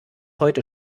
heute